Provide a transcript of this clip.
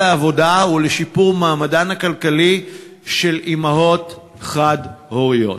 לעבודה ולשפר את מעמדן הכלכלי של אימהות חד-הוריות.